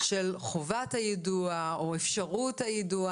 חובת היידוע או אפשרות היידוע